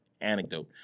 anecdote